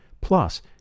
Plus